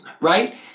right